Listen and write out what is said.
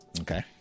Okay